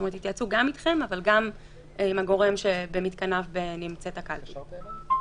יתייעצו גם אתכם אבל גם עם הגורם שבמתקניו נמצאת הקלפי.